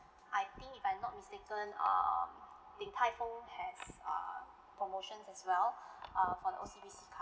I think if I'm not mistaken err Ding Tai Fung has uh promotions as well uh for the O_C_B_C card